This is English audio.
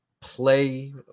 play